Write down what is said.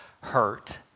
hurt